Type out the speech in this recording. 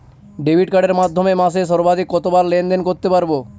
Debit কার্ডের মাধ্যমে মাসে সর্বাধিক কতবার লেনদেন করতে পারবো?